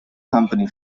company